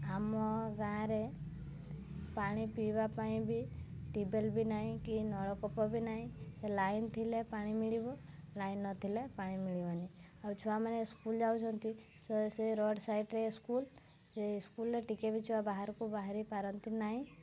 ଆମ ଗାଁରେ ପାଣି ପିଇବା ପାଇଁ ବି ଟିବେଲ୍ ବି ନାହିଁ କି ନଳକୂପ ବି ନାହିଁ ସେ ଲାଇନ୍ ଥିଲେ ପାଣି ମିଳିବ ଲାଇନ୍ ନଥିଲେ ପାଣି ମିଳିବନି ଆଉ ଛୁଆମାନେ ସ୍କୁଲ୍ ଯାଉଛନ୍ତି ସେ ସେ ରୋଡ଼୍ ସାଇଟ୍ରେ ସ୍କୁଲ୍ ସେ ସ୍କୁଲ୍ରେ ଟିକେ ବି ଛୁଆ ବାହାରକୁ ବାହାରି ପାରନ୍ତି ନାହିଁ